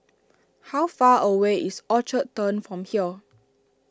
how far away is Orchard Turn from here